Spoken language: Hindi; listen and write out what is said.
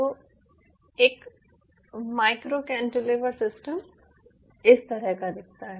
तो एक माइक्रो कैंटिलीवर सिस्टम इस तरह का दिखता है